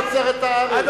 תצביע, תצביע.